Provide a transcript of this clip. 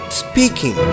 speaking